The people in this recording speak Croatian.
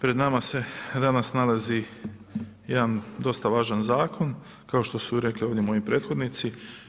Pred nama se danas nalazi jedan dosta važan zakon, kao što su rekli ovdje moji prethodnici.